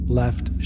left